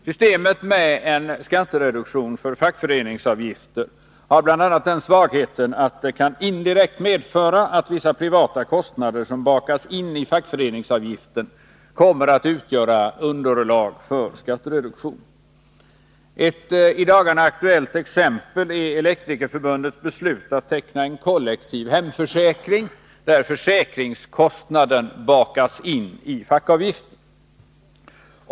Systemet med en Nr 53 skattereduktion för fackföreningsavgifter har bl.a. den svagheten att det kan Torsdagen den indirekt medföra att vissa privata kostnader som bakas in i fackförenings 16 december 1982 avgiften kommer att utgöra underlag för skattereduktion. Ett i dagarna aktuellt exempel är Elektrikerförbundets beslut att teckna en kollektiv hemförsäkring, där försäkringskostnaden bakas in i fackföreningsavgiften.